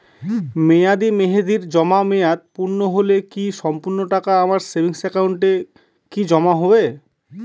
মেয়াদী মেহেদির জমা মেয়াদ পূর্ণ হলে কি সম্পূর্ণ টাকা আমার সেভিংস একাউন্টে কি জমা হবে?